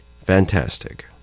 Fantastic